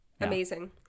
amazing